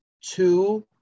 two